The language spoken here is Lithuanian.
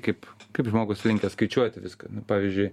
kaip kaip žmogus linkęs skaičiuoti viską pavyzdžiui